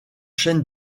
chaîne